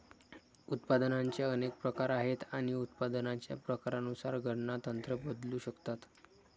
उत्पादनाचे अनेक प्रकार आहेत आणि उत्पादनाच्या प्रकारानुसार गणना तंत्र बदलू शकतात